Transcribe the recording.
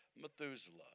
Methuselah